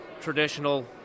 traditional